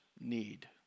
need